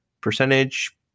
percentage